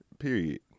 period